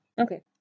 Okay